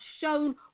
shown